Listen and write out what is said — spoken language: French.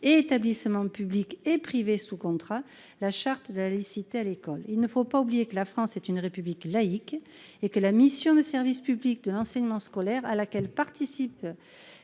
et dans les mêmes locaux la charte de la laïcité à l'école. Il ne faut pas oublier que la France est une République laïque, et que la mission du service public de l'enseignement scolaire, à laquelle participent